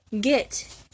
get